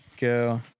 go